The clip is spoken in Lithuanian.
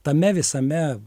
tame visame